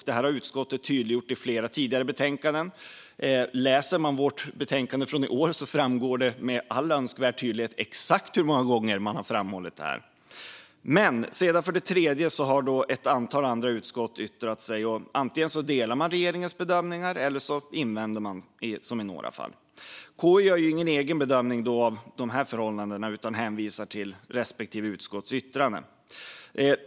Detta har utskottet tydliggjort i flera tidigare betänkanden. Läser man vårt betänkande från i år framgår det med all önskvärd tydlighet exakt hur många gånger detta har framhållits. För det tredje har ett antal andra utskott yttrat sig. Antingen delar de regeringens bedömningar eller också invänder de, som i några fall. KU gör ingen egen bedömning av dessa förhållanden utan hänvisar till respektive utskotts yttranden.